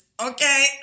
Okay